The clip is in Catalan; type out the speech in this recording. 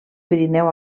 pirineu